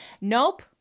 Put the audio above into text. Nope